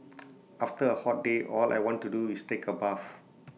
after A hot day all I want to do is take A bath